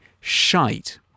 shite